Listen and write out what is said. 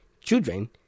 children